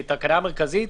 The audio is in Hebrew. שהיא תקנה מרכזית,